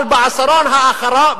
אבל בעשור האחרון